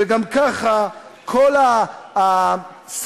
וגם ככה כל השרים,